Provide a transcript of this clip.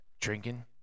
Drinking